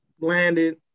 landed